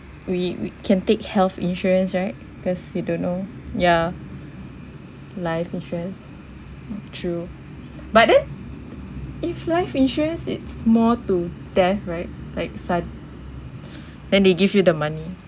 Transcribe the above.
we we can take health insurance right because you don't know ya life insurance true but then if life insurance it's more to death right like sud~ then they give you the money